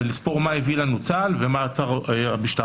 ולספור מה הביא לנו צה"ל ומה עצרה המשטרה,